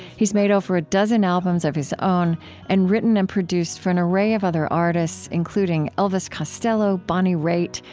he's made over a dozen albums of his own and written and produced for an array of other artists, including elvis costello, bonnie raitt,